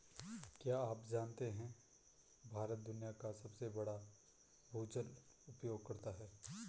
क्या आप जानते है भारत दुनिया का सबसे बड़ा भूजल उपयोगकर्ता है?